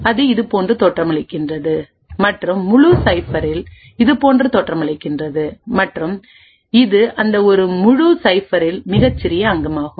அதுஇது போன்று தோற்றமளிக்கின்றது மற்றும் முழு சைஃபரில் இது போன்று தோற்றமளிக்கின்றது மற்றும் இது அந்த ஒரு முழு சைஃபரில் மிகச் சிறிய அங்கமாகும்